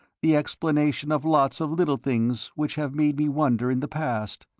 the explanation of lots of little things which have made me wonder in the past.